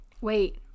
Wait